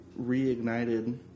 reignited